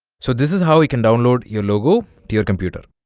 so this is how you can download your logo to your computer